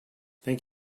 thank